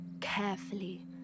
...carefully